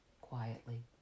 quietly